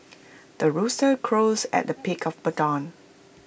the rooster crows at the of dawn